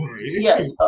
Yes